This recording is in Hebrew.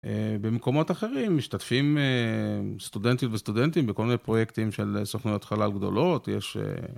במקומות אחרים משתתפים סטודנטיות וסטודנטים בכל מיני פרויקטים של סוכנויות חלל גדולות יש.